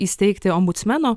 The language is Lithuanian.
įsteigti ombudsmeno